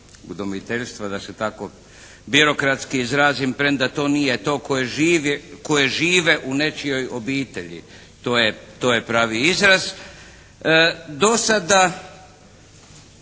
udomiteljstva da se tako birokratski izrazim premda to nije to, koje žive u nečijoj obitelji. To je pravi izraz.